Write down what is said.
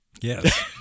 Yes